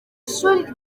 ishuri